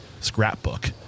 scrapbook